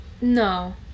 No